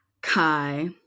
Kai